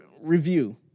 review